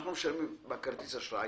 אנחנו משלמים בכרטיס אשראי.